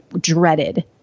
dreaded